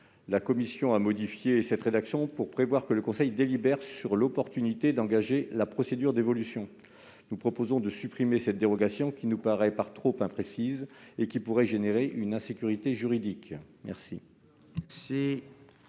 La commission a modifié ce dispositif pour prévoir que le conseil délibère sur l'opportunité d'engager la procédure d'évolution de ces documents. Nous proposons de supprimer une telle dérogation, qui nous paraît par trop imprécise et qui pourrait créer de fait une insécurité juridique. Les